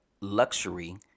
luxury